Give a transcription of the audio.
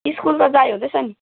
school त जाइहुँदैछ नि